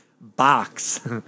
box